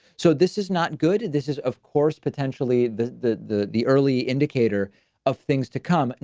so this is not good. this is of course, potentially the, the, the, the early indicator of things to come, and